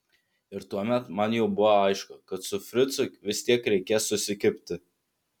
ir tuomet man jau buvo aišku kad su fricu vis tiek reikės susikibti